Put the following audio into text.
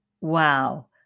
wow